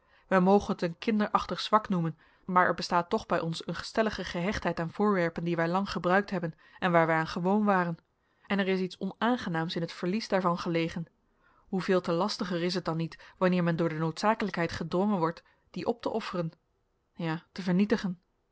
men moge het een kinderachtig zwak noemen maar er bestaat toch bij ons een stellige gehechtheid aan voorwerpen die wij lang gebruikt hebben en waar wij aan gewoon waren en er is iets onaangenaams in het verlies daarvan gelegen hoeveel te lastiger is het dan niet wanneer men door de noodzakelijkheid gedrongen wordt die op te offeren ja te vernietigen